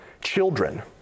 children